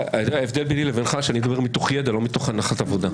ההבדל ביני לבינך הוא שאני מדבר מתוך ידע ולא מתוך הנחת עבודה.